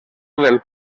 del